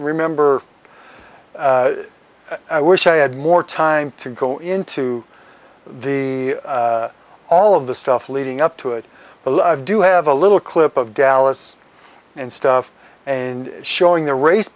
remember i wish i had more time to go into the all of the stuff leading up to it but do have a little clip of dallas and stuff and showing the race